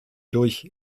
durch